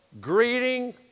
greeting